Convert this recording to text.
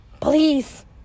Please